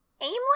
Aimless